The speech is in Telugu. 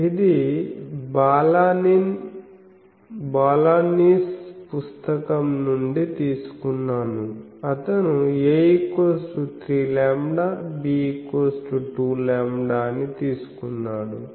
ఇది బాలానిస్ పుస్తకం నుండి తీసుకున్నాము అతను a3λ b 2λ అని తీసుకున్నాడు